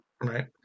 Right